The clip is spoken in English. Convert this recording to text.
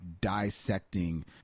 dissecting